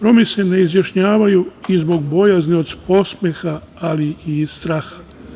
Romi se ne izjašnjavaju i zbog bojazni od podsmeha, ali i straha.